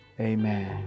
Amen